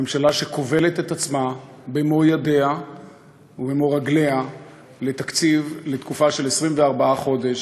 ממשלה שכובלת את עצמה במו ידיה ובמו רגליה לתקציב לתקופה של 24 חודש,